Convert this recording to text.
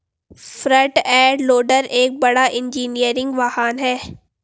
front end loader एक बड़ा engineering वाहन है